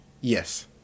Yes